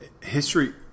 history